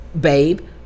babe